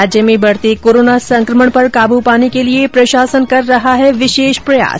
राज्य में बढ़ते कोरोना संकमण पर काबू पाने के लिए प्रशासन कर रहा है विशेष प्रयास